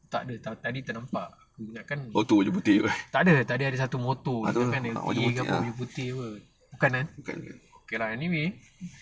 takde tadi ternampak ingat takde tadi ada satu motor aku ingatkan L_T_A ke apa bukan kan okay lah anyway